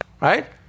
Right